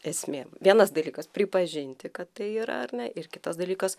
esmė vienas dalykas pripažinti kad tai yra ar ne ir kitas dalykas